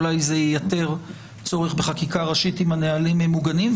אולי זה ייתר צורך בחקיקה ראשית אם הנהלים מעוגנים.